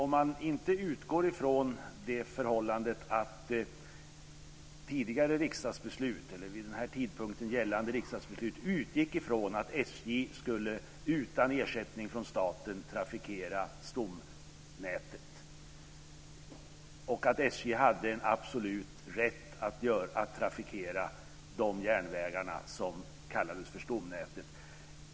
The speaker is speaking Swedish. Man måste utgå från det förhållandet att vid den här tidpunkten gällande riksdagsbeslut utgick från att SJ utan ersättning från staten skulle trafikera stomnätet och att SJ hade absolut rätt att trafikera de järnvägar som kallades för stomnätet.